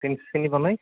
C চিনি পোৱা নাই